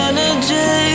Energy